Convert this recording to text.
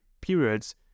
periods